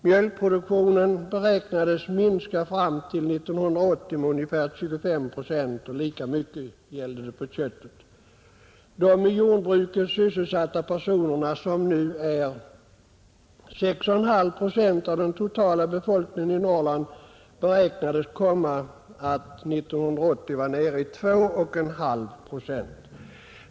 Mjölkproduktionen beräknas fram till 1980 minska med ungefär 25 procent, och samma siffror redovisas för köttproduktionen. De i jordbruket sysselsatta, som utgör 6,5 procent av den totala befolkningen i Norrland, beräknas 1980 vara nere i 2,5 procent.